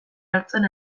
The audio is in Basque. hartzen